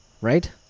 right